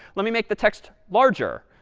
let me make the text larger.